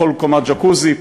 בכל קומה ג'קוזי,